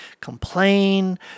complain